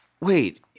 Wait